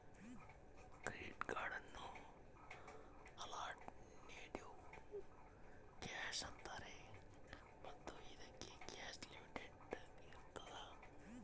credit ಕಾರ್ಡನ್ನು alternative cash ಅಂತಾರೆ ಮತ್ತು ಇದಕ್ಕೆ ಕ್ಯಾಶ್ ಲಿಮಿಟ್ ಇರ್ತದ